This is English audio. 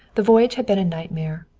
the voyage had been a nightmare.